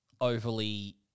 overly